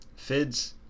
Fids